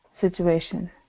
situation